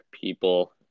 people